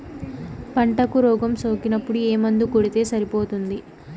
పంటకు రోగం సోకినపుడు ఏ మందు కొడితే సరిపోతుంది?